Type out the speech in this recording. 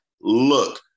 look